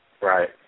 Right